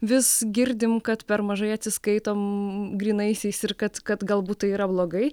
vis girdim kad per mažai atsiskaitom grynaisiais ir kad kad galbūt tai yra blogai